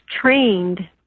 trained